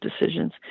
decisions